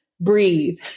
breathe